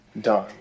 done